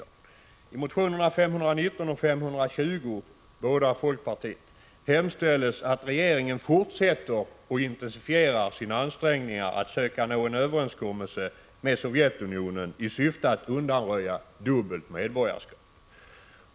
I de båda folkpartimotionerna 519 och 520 hemställer man att regeringen fortsätter och intensifierar sina ansträngningar att nå en överenskommelse med Sovjetunionen i syfte att undanröja det dubbla medborgarskapet.